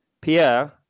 Pierre